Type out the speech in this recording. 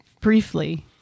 briefly